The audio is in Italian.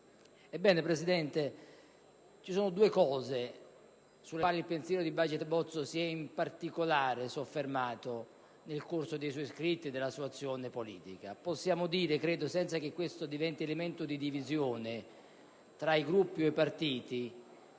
Ebbene, Presidente, ci sono due elementi sui quali il pensiero di Baget Bozzo si è in particolare soffermato nel corso dei suoi scritti e della sua azione politica. Credo che possiamo dire, senza che questo diventi motivo di divisione tra i Gruppi o tra i partiti,